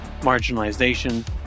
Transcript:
marginalization